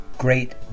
Great